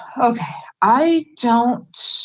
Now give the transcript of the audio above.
ah okay, i don't,